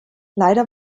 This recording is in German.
leider